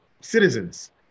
citizens